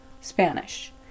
Spanish